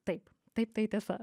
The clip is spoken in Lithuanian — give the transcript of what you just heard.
taip taip tai tiesa